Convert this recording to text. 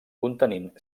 contenint